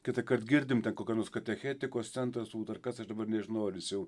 kitą kart girdime ten kokia nors katechetikos centras dar kas aš dabar nežinau ar jis jau